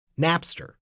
Napster